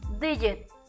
digit